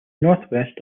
northwest